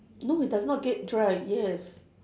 no it does not get dry yes